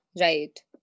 right